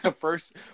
first